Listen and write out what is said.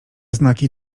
znaki